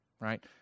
right